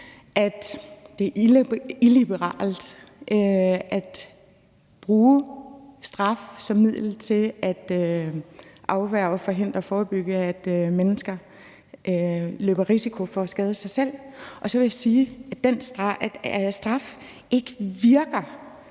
det er illiberalt at bruge straf som middel til at afværge, forhindre og forebygge, at mennesker løber en risiko for at skade sig selv. Og så vil jeg sige, at straf overhovedet